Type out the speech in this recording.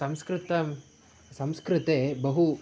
संस्कृतं संस्कृते बहु